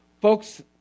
Folks